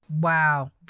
Wow